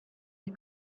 you